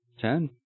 Ten